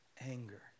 anger